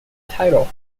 title